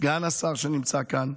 סגן השר שנמצא כאן,